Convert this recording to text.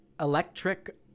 electric